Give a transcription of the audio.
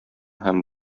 һәм